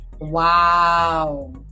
wow